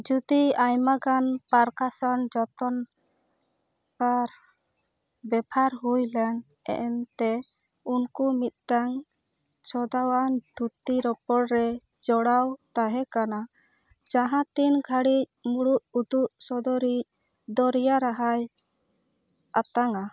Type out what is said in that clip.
ᱡᱩᱫᱤ ᱟᱭᱢᱟᱜᱟᱱ ᱯᱟᱨᱠᱟᱥᱚᱱ ᱡᱚᱛᱚᱱ ᱟᱨ ᱵᱮᱯᱟᱨ ᱦᱭᱩᱞᱮᱱ ᱮᱱᱛᱮ ᱩᱱᱠᱩ ᱢᱤᱫᱴᱟᱝ ᱥᱚᱛᱟᱣᱟᱱ ᱛᱷᱩᱛᱤ ᱨᱚᱯᱚᱲᱨᱮ ᱪᱚᱲᱟᱣ ᱛᱟᱦᱮᱸᱠᱟᱱᱟ ᱡᱟᱦᱟᱸᱛᱤᱱ ᱜᱷᱟᱹᱲᱤᱡ ᱢᱩᱲᱩᱫ ᱩᱫᱩᱜ ᱥᱚᱫᱚᱨᱤᱡ ᱫᱚᱨᱭᱟ ᱨᱟᱦᱟᱭ ᱟᱛᱟᱝᱼᱟ